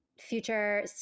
future